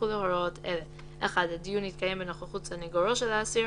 יחולו הוראות אלה: (1) הדיון יתקיים בנוכחות סניגורו של האסיר,